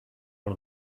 one